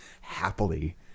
happily